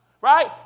Right